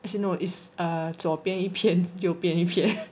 as in no it's err 左边一片右边一片